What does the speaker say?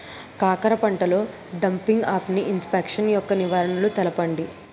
కాకర పంటలో డంపింగ్ఆఫ్ని ఇన్ఫెక్షన్ యెక్క నివారణలు తెలపండి?